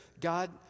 God